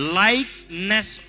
likeness